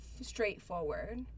straightforward